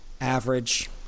average